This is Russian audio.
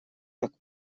так